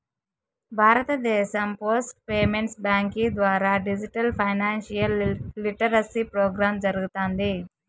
భారతదేశం post payments బ్యాంకీ ద్వారా డిజిటల్ ఫైనాన్షియల్ లిటరసీ ప్రోగ్రామ్ జరగతాంది